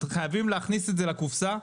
חייבים להכניס את זה לקופסא.